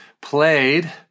played